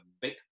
big